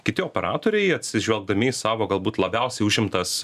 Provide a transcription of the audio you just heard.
kiti operatoriai atsižvelgdami į savo galbūt labiausiai užimtas